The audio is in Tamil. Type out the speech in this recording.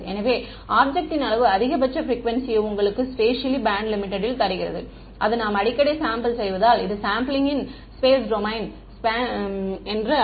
எனவே ஆப்ஜெக்ட் ன் அளவு அதிகபட்ச ப்ரிக்குவேன்சியை உங்களுக்கு ஸ்பேசியலி பேண்ட் லிமிடெட் ல் தருகிறது அது நாம் அடிக்கடி சாம்பிள் செய்வதால் இது sampling in the space domain sampling in the space domain